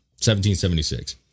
1776